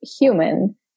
human